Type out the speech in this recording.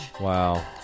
Wow